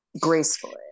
gracefully